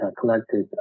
collected